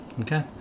Okay